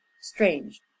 strange